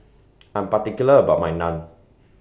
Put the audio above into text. I'm particular about My Naan